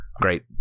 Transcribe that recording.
great